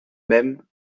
même